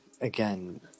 again